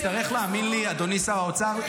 אדוני שר האוצר,